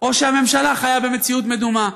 או שהממשלה חיה במציאות מדומה.